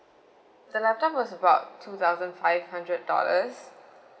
the laptop was about two thousand five hundred dollars